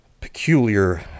peculiar